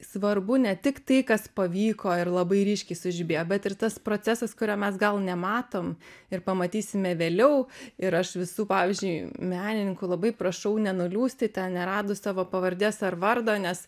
svarbu ne tik tai kas pavyko ir labai ryškiai sužibėjo bet ir tas procesas kurio mes gal nematom ir pamatysime vėliau ir aš visų pavyzdžiui menininkų labai prašau nenuliūsti ten neradus savo pavardės ar vardo nes